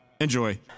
enjoy